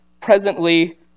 presently